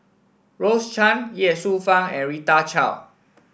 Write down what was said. Rose Chan Ye Shufang and Rita Chao